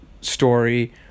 story